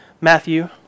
Matthew